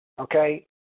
okay